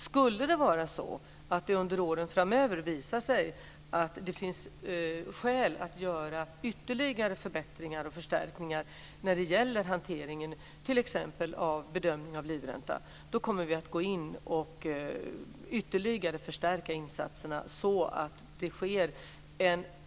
Skulle det under åren framöver visa sig att det finns skäl att göra ytterligare förbättringar när det gäller t.ex. bedömningen av livränta kommer vi att gå in och förstärka insatserna ytterligare.